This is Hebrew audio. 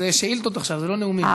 זה שאילתות עכשיו, זה לא נאומים.